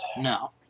No